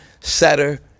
setter